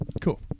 cool